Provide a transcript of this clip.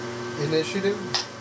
Initiative